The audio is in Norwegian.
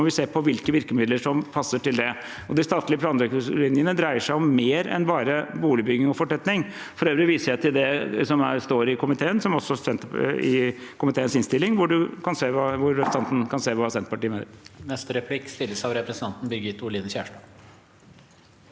må vi se på hvilke virkemidler som passer til det. De statlige planretningslinjene dreier seg om mer enn bare boligbygging og fortetting. For øvrig viser jeg til det som står i komiteens innstilling, hvor representanten kan se hva Senterpartiet mener.